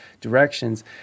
directions